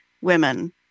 women